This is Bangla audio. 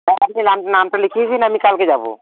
হ্যাঁ আপনি নাম নামটা লিখিয়ে দিন আমি কালকে যাব